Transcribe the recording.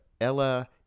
Ella